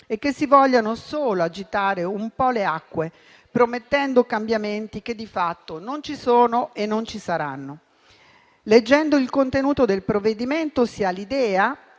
e che si vogliano solo agitare un po' le acque, promettendo cambiamenti che di fatto non ci sono e non ci saranno. Leggendo il contenuto del provvedimento si ha l'idea,